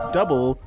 double